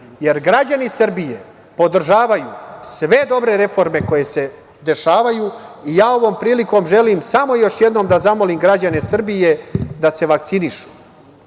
jer građani Srbije podržavaju sve dobre reforme koje se dešavaju. Ovom prilikom želim samo još jednom da zamolim građane Srbije da se vakcinišu.